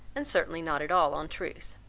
and certainly not at all on truth.